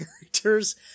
characters